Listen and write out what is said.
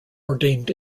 ordained